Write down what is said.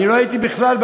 אני לא הייתי בכלל.